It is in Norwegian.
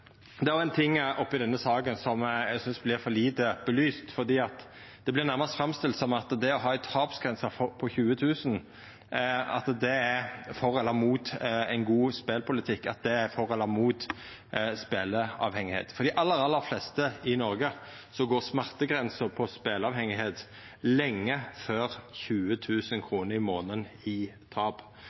i denne saka eg synest vert for lite belyst: Det vert nærmast framstilt som at det å ha ei tapsgrense på 20 000 kr er for eller imot ein god spelpolitikk og for eller imot speleavhengigheit. For dei aller fleste i Noreg går smertegrensa for speleavhengigheit lenge før 20 000 kr i månaden i tap,